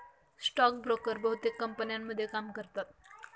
stock broker बहुतेक कंपन्यांमध्ये काम करतात